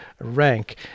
Rank